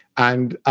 and